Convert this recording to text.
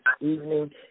evening